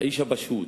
האיש הפשוט,